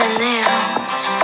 nails